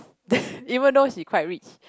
then even though she quite rich